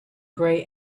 grey